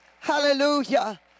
Hallelujah